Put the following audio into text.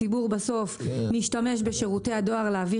הציבור בסוף משתמש בשירותי הדואר להביא